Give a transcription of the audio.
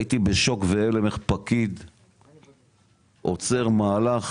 הייתי בשוק, בהלם איך פקיד עוצר מהלך